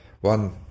one